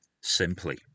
simply